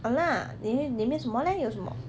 mm lah 你会里面什么咧有什么